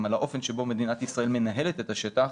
על האופן שבו מדינת ישראל מנהלת את השטח,